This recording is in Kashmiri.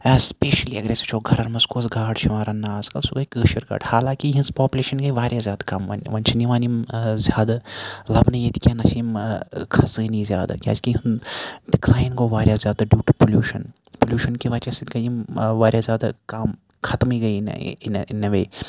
ایٚسپیٖشلی اَگَر أسۍ وٕچھو گَرَن مَنٛز کوٚس گاڈ چھِ یِوان رَننہٕ آزکَل سۄ گٔے کٲشِر گاڈ حالانٛکہِ یِہِنٛز پوپلیشَن گٔے واریاہ زیادٕ کَم وۄنۍ وۄنۍ چھِنہٕ یِوان یِم زیادٕ لَبنہٕ ییٚتہِ کینٛہہ نہَ چھِ یِم کھَسٲنی زیادٕ کیازِ کہِ یُہُنٛد ڈِکلاین گوٚو واریاہ زیادٕ ڈیوٗ ٹُو پوٚلیوشَن پوٚلیوشَن کہِ وَجہَ سۭتۍ گٔے یِم واریاہ زیادٕ کَم خَتمٕے گٔے اِن اےٚ وے